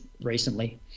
recently